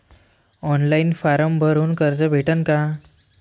Online form भरून कर्ज भेटन का?